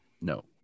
no